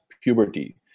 puberty